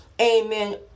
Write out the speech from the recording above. Amen